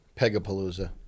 Pegapalooza